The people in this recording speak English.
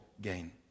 gain